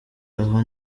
aho